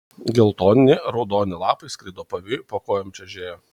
geltoni raudoni lapai skrido pavėjui po kojom čežėjo